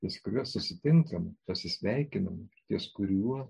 ties kuriuo susitinkame pasisveikiname ties kuriuo